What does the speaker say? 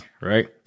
right